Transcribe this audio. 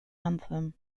anthem